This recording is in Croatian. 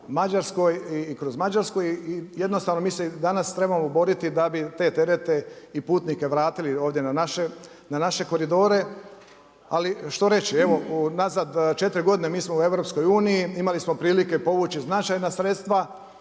Mađarskoj i kroz Mađarsku i jednostavno mislim danas trebamo boriti da bi te terete i putnike vratili ovdje na naše koridore, ali što reći, evo unazad četiri godine mi smo u EU imali smo prilike povući značajna sredstva